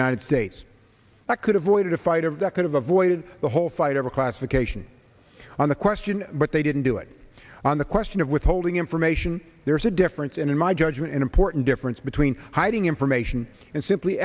united states could have avoided a fight of that kind of we did the whole fight over classification on the question but they didn't do it on the question of withholding information there's a difference and in my judgment an important difference between hiding information and simply